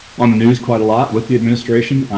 on the news quite a lot with the administration